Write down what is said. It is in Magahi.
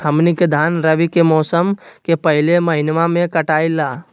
हमनी के धान रवि के मौसम के पहले महिनवा में कटाई ला